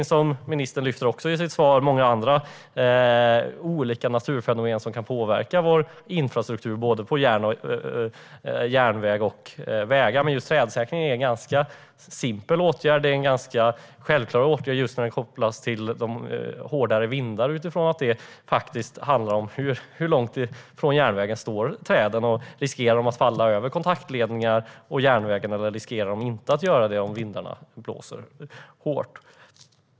Som ministern säger finns det många andra naturfenomen som kan påverka vår infrastruktur både på vägar och järnvägar. Just trädsäkring är dock en ganska simpel och självklar åtgärd, särskilt när den kopplas till hårda vindar. Hur långt från järnvägen står träd? Riskerar de att falla över kontaktledningar och över järnvägen om det blåser hårt?